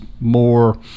more